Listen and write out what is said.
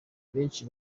benshi